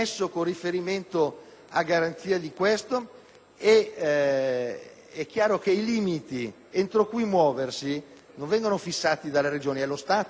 È chiaro che i limiti entro cui occorre muoversi non vengono fissati dalle Regioni: è lo Stato che fissa la manovrabilità di tale aliquota.